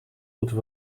moeten